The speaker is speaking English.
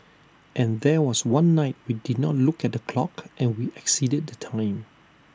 and there was one night we did not look at the clock and we exceeded the time